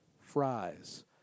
fries